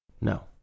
No